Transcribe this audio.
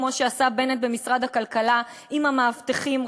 כמו שעשה בנט במשרד הכלכלה בעניין המאבטחים,